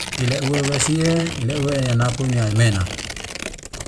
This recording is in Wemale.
Ile uwe wesiye ile uwe yanapune aimena.